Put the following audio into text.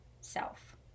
self